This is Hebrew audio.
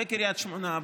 בקריית שמונה,